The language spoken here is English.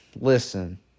Listen